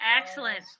Excellent